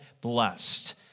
blessed